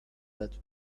that